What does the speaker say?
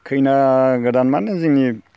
खैना गोदान माने जोंनि